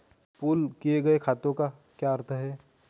Pool किए गए खातों का क्या अर्थ है?